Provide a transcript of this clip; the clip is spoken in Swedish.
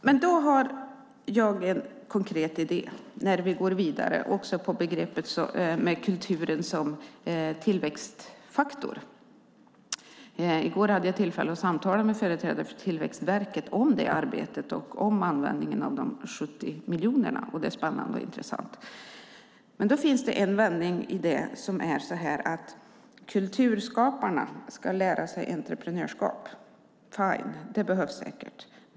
Fru talman! Jag har en konkret idé när vi går vidare med begreppet kulturen som tillväxtfaktor. I går hade jag tillfälle att samtala med företrädare för Tillväxtverket om det arbetet och om användningen av de 70 miljonerna. Det är spännande och intressant. Men det finns en vändning i detta som innebär att kulturskaparna ska lära sig entreprenörskap. Okej, det behövs säkert.